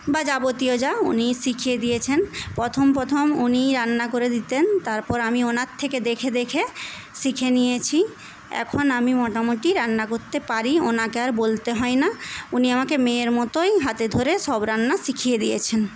বা যাবতীয় যা উনিই শিখিয়ে দিয়েছেন প্রথম প্রথম উনিই রান্না করে দিতেন তারপর আমি ওনার থেকে দেখে দেখে শিখে নিয়েছি এখন আমি মোটামুটি রান্না করতে পারি ওনাকে আর বলতে হয় না উনি আমাকে মেয়ের মতোই হাতে ধরে সব রান্না শিখিয়ে দিয়েছেন